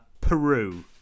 Peru